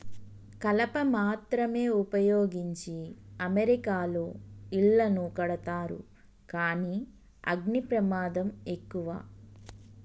కలప మాత్రమే వుపయోగించి అమెరికాలో ఇళ్లను కడతారు కానీ అగ్ని ప్రమాదం ఎక్కువ